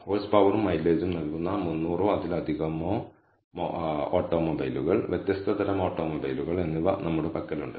horse പവറും മൈലേജും നൽകുന്ന 300 ഓ അതിലധികമോ ഓട്ടോമൊബൈലുകൾ വ്യത്യസ്ത തരം ഓട്ടോമൊബൈലുകൾ എന്നിവ നമ്മുടെ പക്കലുണ്ട്